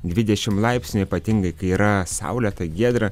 dvidešim laipsnių ypatingai kai yra saulėta giedra